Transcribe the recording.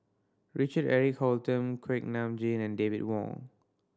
Richard Eric Holttum Kuak Nam Jin and David Wong